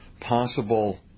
possible